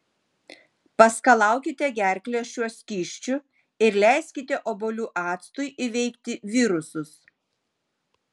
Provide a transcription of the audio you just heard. paskalaukite gerklę šiuo skysčiu ir leiskite obuolių actui įveikti virusus